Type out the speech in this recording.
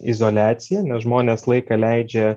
izoliaciją nes žmonės laiką leidžia